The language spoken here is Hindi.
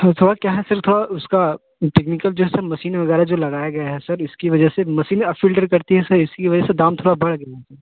थोड़ा क्या है सिल थोड़ा उसका टेक्निकल जो है सो मसीन वगैरह जो लगाया गया है सर इसकी वजह से मसीने अब फ़िल्टर करती है सर इसी के वजह से दाम थोड़ा बढ़ गया है